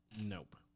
Nope